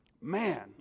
Man